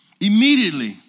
Immediately